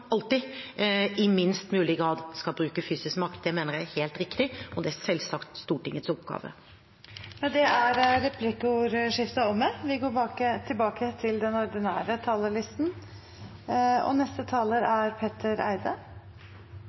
alltid i minst mulig grad skal bruke fysisk makt, mener jeg er helt riktig, og det er selvsagt Stortingets oppgave. Replikkordskiftet er omme.